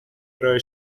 ارائه